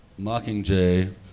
Mockingjay